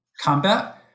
combat